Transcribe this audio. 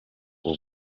ubu